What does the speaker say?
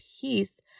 peace